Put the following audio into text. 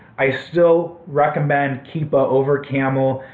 i still recommend keepa over camel.